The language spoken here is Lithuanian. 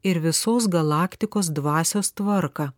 ir visos galaktikos dvasios tvarką